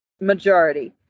majority